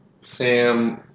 Sam